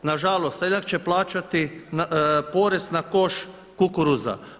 Nažalost, seljak će plaćati porez na koš kukuruza.